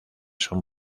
son